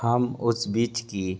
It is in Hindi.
हम उस बीच की